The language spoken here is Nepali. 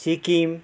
सिक्किम